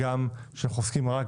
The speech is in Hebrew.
הגם שאנחנו עוסקים רק